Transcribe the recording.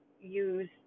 use